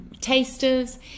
tasters